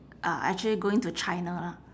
uh actually going to china lah